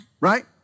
Right